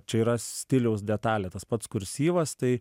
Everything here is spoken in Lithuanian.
čia yra stiliaus detalė tas pats kursyvas tai